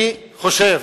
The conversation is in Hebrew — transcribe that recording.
אני חושב,